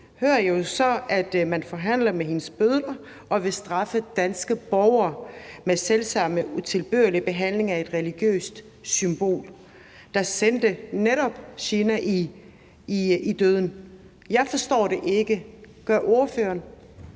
hører vi jo så, at man forhandler med hendes bødler, og at man vil straffe danske borgere ved selv samme utilbørlige behandling af et religiøst symbol, der netop sendte Jina i døden. Jeg forstår det ikke. Gør ordføreren?